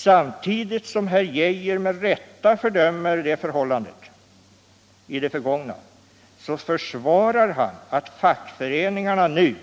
Samtidigt som herr Geijer med rätta fördömer det förhållandet i det förgångna försvarar han att fackföreningarna nu,